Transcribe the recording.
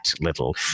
little